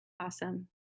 Awesome